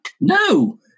No